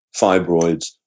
fibroids